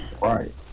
Right